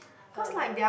uh-huh